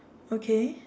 okay